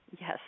Yes